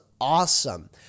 awesome